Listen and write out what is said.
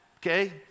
okay